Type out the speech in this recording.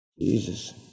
Jesus